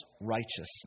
righteousness